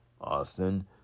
Austin